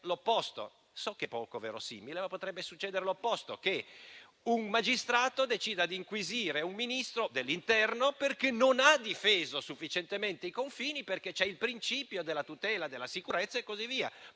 l'opposto; so che è poco verosimile, ma potrebbe accadere che un magistrato decida di inquisire un Ministro dell'interno perché non ha difeso sufficientemente i confini, perché c'è il principio della tutela della sicurezza e così via.